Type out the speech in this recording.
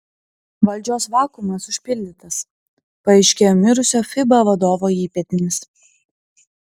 valdžios vakuumas užpildytas paaiškėjo mirusio fiba vadovo įpėdinis